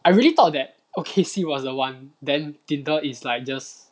I really thought that O_K_C was the one then tinder is like just